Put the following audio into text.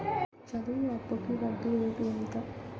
చదువు అప్పుకి వడ్డీ రేటు ఎంత?